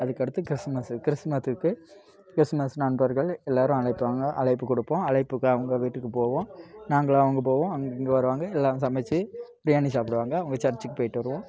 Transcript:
அதுக்கடுத்து கிறிஸ்மஸ்ஸு கிறிஸ்மத்துக்கு கிறிஸ்துமஸ் நண்பர்கள் எல்லாரும் அழைப்பாங்க அழைப்பு கொடுப்போம் அழைப்புக்கு அவங்க வீட்டுக்கு போவோம் நாங்களும் அங்கே போவோம் அவங்க இங்கே வருவாங்க எல்லோரும் சமைச்சு பிரியாணி சாப்பிடுவாங்க அவங்க சர்ச்சுக்கு போயிட்டு வருவோம்